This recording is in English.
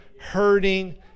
hurting